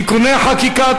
(תיקוני חקיקה),